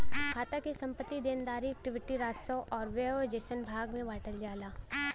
खाता क संपत्ति, देनदारी, इक्विटी, राजस्व आउर व्यय जइसन भाग में बांटल जाला